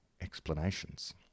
explanations